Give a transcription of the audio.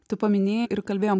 tu paminėjai ir kalbėjom